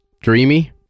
Dreamy